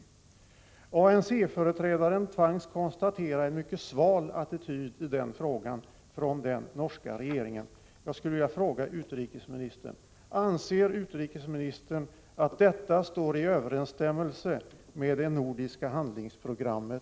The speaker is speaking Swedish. ANC-företrädaren tvangs konstatera att den norska regeringen intog en mycket sval attityd i den frågan.